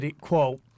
quote